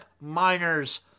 Miners